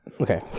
Okay